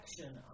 action